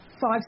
five